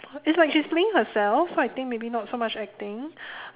it's like she's playing herself so I think maybe not so much acting